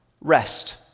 rest